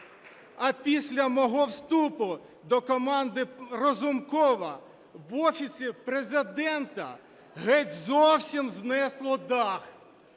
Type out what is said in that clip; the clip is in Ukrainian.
А після мого вступу до команди Разумкова в Офісі Президента геть зовсім знесло дах: